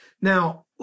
Now